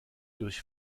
durch